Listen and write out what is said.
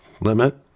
limit